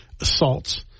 assaults